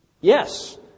yes